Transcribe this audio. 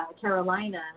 Carolina